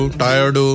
tired